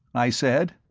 i said,